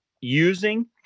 using